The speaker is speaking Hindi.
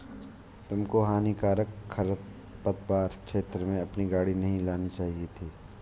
तुमको हानिकारक खरपतवार क्षेत्र से अपनी गाड़ी नहीं लानी चाहिए थी